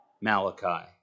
Malachi